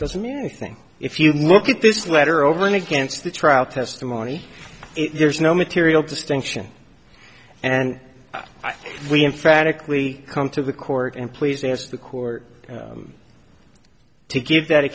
doesn't mean anything if you look at this letter over and against the trial testimony there's no material distinction and i think we emphatically come to the court and please ask the court to give that a